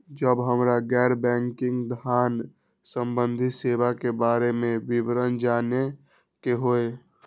जब हमरा गैर बैंकिंग धान संबंधी सेवा के बारे में विवरण जानय के होय?